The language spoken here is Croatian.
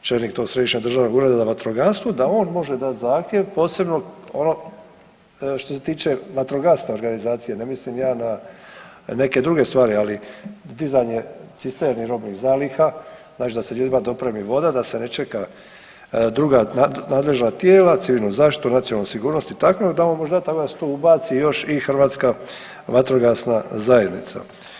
čelik tog središnjeg državnog ureda za vatrogastvo da on može dati zahtjev posebno ono što se tiče vatrogasne organizacije, ne mislim ja na neke druge stvari, ali dizanje cisterni robnih zaliha, znači da se ljudima dopremi voda da se ne čeka druga nadležna tijela, civilnu zaštitu i nacionalnu sigurnost i tako da on može dati tako da se tu ubaci još i Hrvatska vatrogasna zajednica.